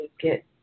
get